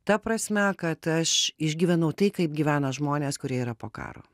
ta prasme kad aš išgyvenau tai kaip gyvena žmonės kurie yra po karo